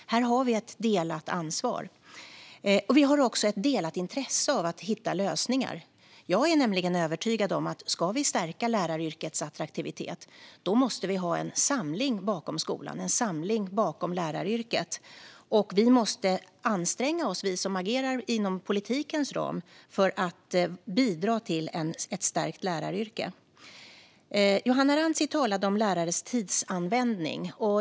Här har vi ett delat ansvar. Vi har också ett delat intresse av att hitta lösningar. Jag är nämligen övertygad om att vi, om vi ska stärka läraryrkets attraktivitet, måste ha en samling bakom skolan och en samling bakom läraryrket. Och vi som agerar inom politikens ram måste anstränga oss för att bidra till en stärkt attraktivitet för läraryrket. Johanna Rantsi talade om lärares tidsanvändning.